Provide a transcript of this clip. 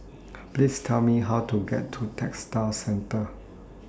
Please Tell Me How to get to Textile Centre